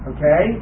Okay